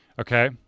okay